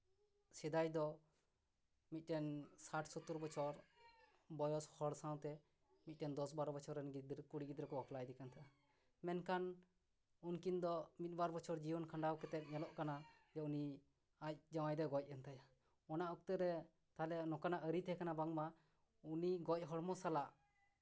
ᱥᱮᱫᱟᱭ ᱫᱚ ᱢᱤᱫᱴᱮᱱ ᱥᱟᱴ ᱥᱳᱛᱛᱚᱨ ᱵᱚᱭᱚᱥ ᱦᱚᱲ ᱥᱟᱶᱛᱮ ᱢᱤᱫᱴᱮᱱ ᱫᱚᱥ ᱵᱟᱨᱚ ᱵᱚᱪᱷᱚᱨ ᱨᱮᱱ ᱜᱤᱫᱽᱨᱟᱹ ᱠᱩᱲᱤ ᱜᱤᱫᱽᱨᱟᱹ ᱠᱚ ᱵᱟᱯᱞᱟᱭᱮᱫᱮ ᱠᱟᱱ ᱛᱟᱦᱮᱸᱫ ᱢᱮᱱᱠᱷᱟᱱ ᱩᱱᱠᱤᱱ ᱫᱚ ᱢᱤᱫ ᱵᱟᱨ ᱵᱚᱪᱷᱚᱨ ᱡᱤᱭᱚᱱ ᱠᱷᱟᱰᱟᱣ ᱠᱟᱛᱮᱫ ᱧᱮᱞᱚᱜ ᱠᱟᱱᱟ ᱡᱮ ᱩᱱᱤ ᱟᱡ ᱡᱟᱶᱟᱭ ᱫᱚ ᱜᱚᱡ ᱮᱱ ᱛᱟᱭᱟ ᱚᱱᱟ ᱚᱠᱛᱮᱨᱮ ᱛᱟᱦᱞᱮ ᱱᱚᱝᱠᱟᱱᱟᱜ ᱟᱹᱨᱤ ᱛᱟᱦᱮᱸ ᱠᱟᱱᱟ ᱵᱟᱝᱢᱟ ᱩᱱᱤ ᱜᱚᱡ ᱦᱚᱲᱢᱚ ᱥᱟᱞᱟᱜ